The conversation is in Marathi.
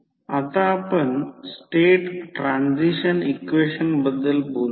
आता आपण स्टेट ट्रान्सिशन इक्वेशनबद्दल बोलू या